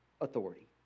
authority